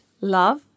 love